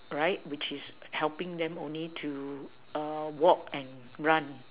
right which is helping them only to walk and run